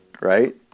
right